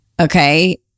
okay